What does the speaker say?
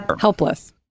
Helpless